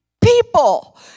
people